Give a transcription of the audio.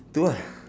two lah